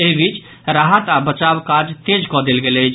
एहि बीच राहत आओर बचाव काज तेज कऽ देल गेल अछि